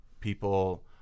people